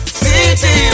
city